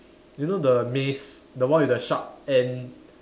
you know the maze the one with the sharp end